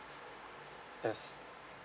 yes